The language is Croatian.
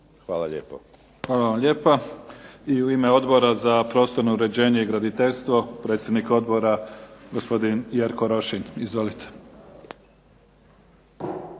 Neven (SDP)** Hvala vam lijepa. I u ime Odbora za prostorno uređenje i graditeljstvo, predsjednik odbora gospodin Jerko Rošin. Izvolite.